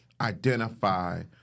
identify